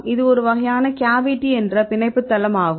இது ஒரு வகையான கேவிட்டி என்ற பிணைப்பு தளம் ஆகும்